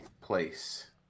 place